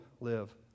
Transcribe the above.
live